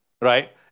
right